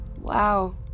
Wow